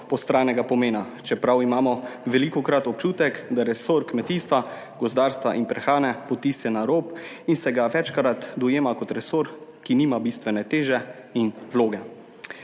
postranega pomena, čeprav imamo velikokrat občutek, da resor kmetijstva, gozdarstva in prehrane potisne na rob in se ga večkrat dojema kot resor, ki nima bistvene teže in vloge